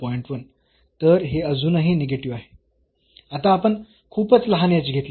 1 तर हे अजूनही निगेटिव्ह आहे आता आपण खूपच लहान h घेतला आहे